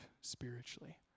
spiritually